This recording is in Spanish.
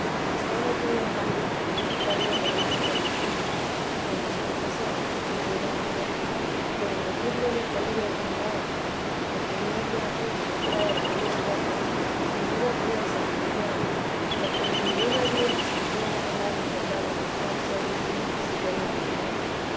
estaba todo el daño en no quitar de raíz las ocasiones y en los confesores que me ayudaban poco que a decirme en el peligro que andaba y que tenía obligación a no traer aquellos tratos sin duda creo se remediara porque en ninguna vía sufriera andar en pecado mortal sólo un día si yo lo entendiera